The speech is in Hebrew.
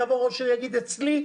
יבוא ראש עיר ויגיד: אצלי,